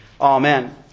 Amen